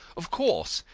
of course,